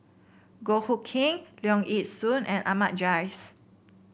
Goh Hood Keng Leong Yee Soo and Ahmad Jais